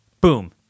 Boom